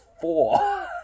four